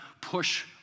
push